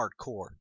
hardcore